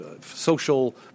social